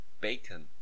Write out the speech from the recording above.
Bacon